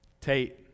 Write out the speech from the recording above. Tate